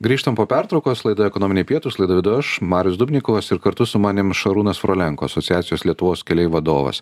grįžtam po pertraukos laida ekonominiai pietūs laidą vedu aš marius dubnikovas ir kartu su manim šarūnas frolenko asociacijos lietuvos keliai vadovas